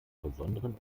besonderen